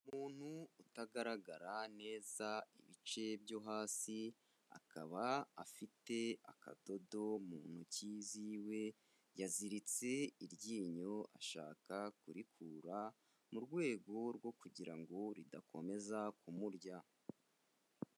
Umuntu utagaragara neza ibice byo hasi akaba afite akadodo mu ntoki ziwe, yaziritse iryinyo ashaka kurikura, mu rwego rwo kugira ngo ridakomeza kumurya.